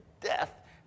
death